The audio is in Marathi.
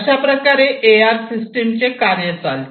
अशाप्रकारे आर सिस्टम चे कार्य चालते